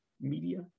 media